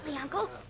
Uncle